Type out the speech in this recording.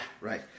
Right